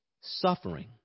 suffering